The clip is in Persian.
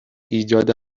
ایجاد